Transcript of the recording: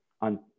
on